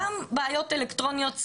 גם בעיות אלקטרוניות,